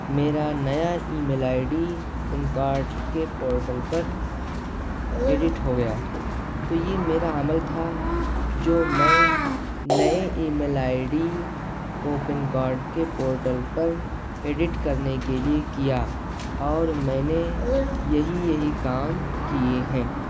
میرا نیا email ID PAN card کے پورٹل پر ایڈٹ ہو گیا تو یہ میرا عمل تھا جو میں نئے ای میل آئی ڈی کو پین کارڈ کے پورٹل پر ایڈٹ کرنے کے لیے کیا اور میں نے یہی یہی کام کیے ہیں